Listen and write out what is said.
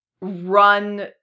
run